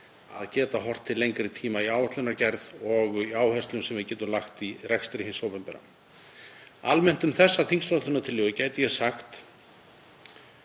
að geta horft til lengri tíma í áætlanagerð og áherslum sem við getum lagt í rekstri hins opinbera. Almennt um þessa þingsályktunartillögu gæti ég sagt,